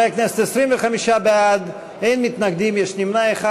חברי הכנסת, 25 בעד, אין מתנגדים, יש נמנע אחד.